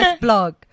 Blog